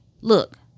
Look